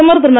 பிரதமர் திரு